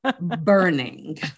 Burning